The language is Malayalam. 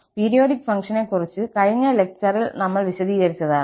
പീരിയോഡിക് ഫംഗ്ഷനെക്കുറിച്ച കഴിഞ്ഞ ലെക്ചറിൽ നമ്മൾ വിശദീകരിച്ചതാണ്